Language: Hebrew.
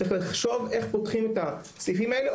צריך לחשוב איך פותחים את הסעיפים האלה,